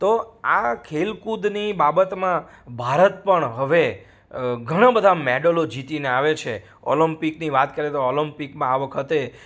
તો આ ખેલકૂદની બાબતમાં ભારત પણ હવે ઘણા બધા મેડલો જીતીને આવે છે ઓલિમ્પિકની વાત કરીએ તો ઓલમ્પિકમાં આ વખતે